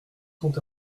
quant